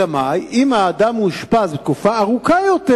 אלא מה, אם האדם אושפז לתקופה ארוכה יותר,